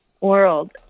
world